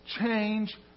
change